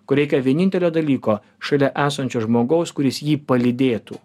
kur reikia vienintelio dalyko šalia esančio žmogaus kuris jį palydėtų